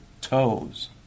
toes